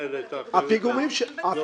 הפיגומים שלך עומדים בתקן?